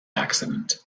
accident